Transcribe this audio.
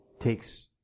takes